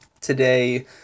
Today